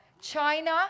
China